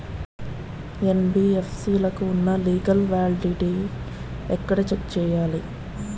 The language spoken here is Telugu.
యెన్.బి.ఎఫ్.సి లకు ఉన్నా లీగల్ వ్యాలిడిటీ ఎక్కడ చెక్ చేయాలి?